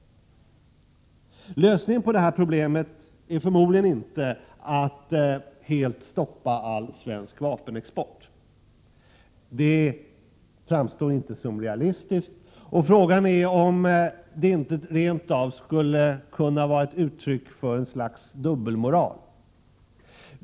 Lösningen på detta problem är förmodligen inte att helt stoppa all svensk vapenexport. Det framstår inte som realistiskt. Frågan är om det inte rent av skulle vara ett uttryck för ett slags dubbelmoral.